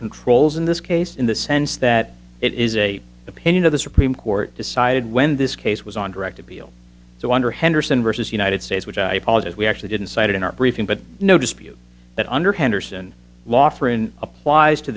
controls in this case in the sense that it is a opinion of the supreme court decided when this case was on direct appeal so under henderson versus united states which i apologize we actually didn't cite it in our briefing but no dispute that under henderson